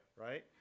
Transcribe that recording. Right